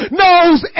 knows